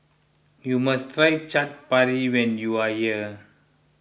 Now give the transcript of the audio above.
you must try Chaat Papri when you are here